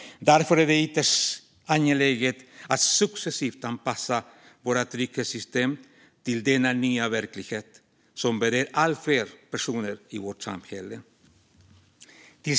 Därför är det ytterst angeläget att successivt anpassa våra trygghetssystem till denna nya verklighet som berör allt fler personer i vårt samhälle.